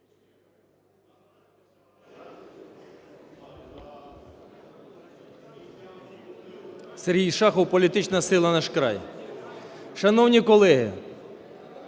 Сергій Шахов, політична сила "Наш край". Шановні колеги,